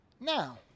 Now